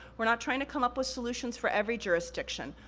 we're not trying to come up with solutions for every jurisdiction,